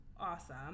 Awesome